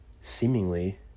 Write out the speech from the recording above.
seemingly